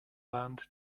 land